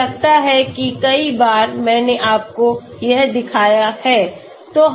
मुझे लगता है कि कई बार मैंने आपको यह दिखाया है